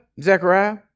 Zechariah